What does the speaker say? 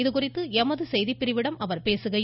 இதுகுறித்து எமது செய்திப்பிரிவிடம் அவர் பேசுகையில்